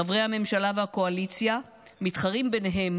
חברי הממשלה והקואליציה מתחרים ביניהם